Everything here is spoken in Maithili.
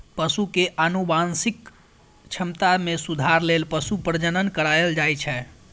पशु के आनुवंशिक क्षमता मे सुधार लेल पशु प्रजनन कराएल जाइ छै